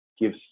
gives